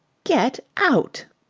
get out!